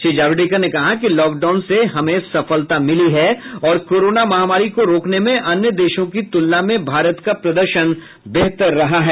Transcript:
श्री जावडेकर ने कहा कि लॉकडाउन से हमें सफलता मिली है और कोरोना महामारी को रोकने में अन्य देशों की तुलना में भारत का प्रदर्शन बेहतर रहा है